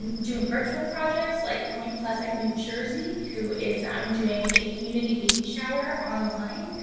and doing virtual projects like point pleasant, new jersey who is i'm doing a community baby shower online,